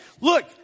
look